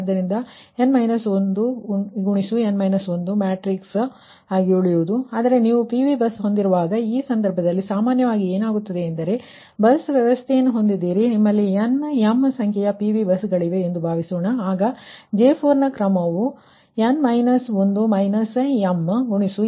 ಆದ್ದರಿಂದ ಇದು n 1 matrix ಆಗಿ ಉಳಿಯುತ್ತದೆ ಆದರೆ ನೀವು PV ಬಸ್ ಹೊಂದಿರುವಾಗ ಈ ಸಂದರ್ಭದಲ್ಲಿ ಸಾಮಾನ್ಯವಾಗಿ ಏನಾಗುತ್ತದೆ ಎಂದರೆ ನೀವು ಬಸ್ ವ್ಯವಸ್ಥೆಯನ್ನು ಹೊಂದಿದ್ದೀರಿ ಮತ್ತು ನಿಮ್ಮಲ್ಲಿ n m ಸಂಖ್ಯೆಯ PV ಬಸ್ಗಳಿವೆ ಎಂದು ಭಾವಿಸೋಣ ಆಗ J4 ನ ಕ್ರಮವು ಆಗುತ್ತದೆ